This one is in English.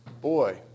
Boy